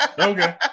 Okay